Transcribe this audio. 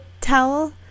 towel